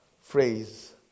phrase